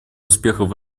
успехов